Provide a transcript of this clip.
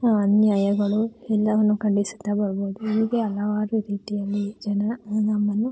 ಅನ್ಯಾಯಗಳು ಎಲ್ಲವನ್ನು ಖಂಡಿಸುತ್ತಾ ಬರಬಹುದು ಹೀಗೆ ಹಲವಾರು ರೀತಿಯಲ್ಲಿ ಜನ ನಮ್ಮನ್ನು